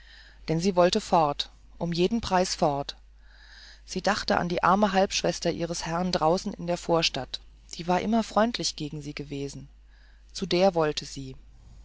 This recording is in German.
denn sie wollte fort um jeden preis fort sie dachte an die arme halbschwester ihres herrn draußen in der vorstadt die war immer freundlich gegen sie gewesen zu der wollte sie